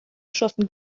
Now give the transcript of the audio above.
schossen